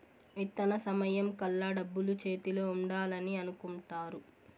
విత్తన సమయం కల్లా డబ్బులు చేతిలో ఉండాలని అనుకుంటారు